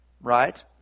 right